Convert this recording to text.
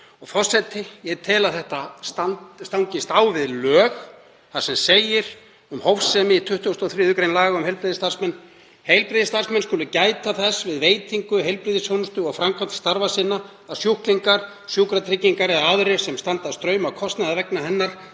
Forseti. Ég tel að þetta stangist á við lög þar sem segir um hófsemi í 23. gr. laga um heilbrigðisstarfsmenn: „Heilbrigðisstarfsmenn skulu gæta þess við veitingu heilbrigðisþjónustu og framkvæmd starfa sinna að sjúklingar, sjúkratryggingar eða aðrir sem standa straum af kostnaði vegna hennar